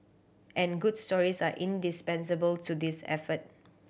and good stories are indispensable to this effort